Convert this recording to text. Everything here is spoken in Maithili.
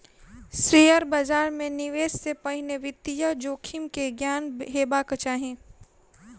शेयर बाजार मे निवेश से पहिने वित्तीय जोखिम के ज्ञान हेबाक चाही